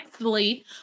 nextly